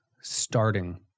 starting